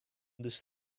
this